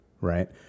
right